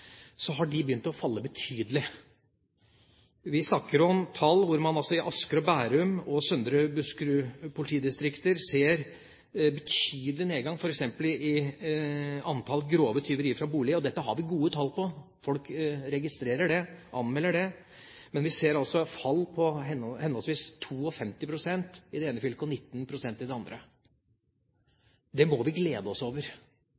har antallet begynt å falle betydelig. Blant annet i Asker og Bærum og Søndre Buskerud politidistrikter ser vi en betydelig nedgang f.eks. i antall grove tyverier fra boliger. Dette har vi gode tall på – folk registrerer det og anmelder det. Vi ser et fall på henholdsvis 52 pst. i det ene fylket og 19 pst. i det andre. Det må vi glede oss over.